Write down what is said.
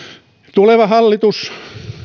tuleva hallitus